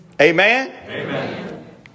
Amen